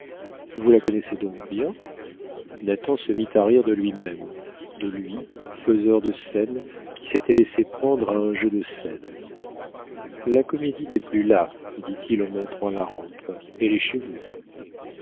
vous la connaissez donc bien nathan se mit à rire de lui-même de lui faiseur de scènes qui s'était laissé prendre à un jeu de scène la comédie n'est plus là dit-il en montrant la rampe elle est chez vous